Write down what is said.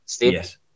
Yes